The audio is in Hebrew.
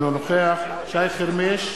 אינו נוכח שי חרמש,